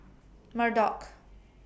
Murdock